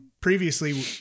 previously